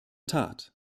tat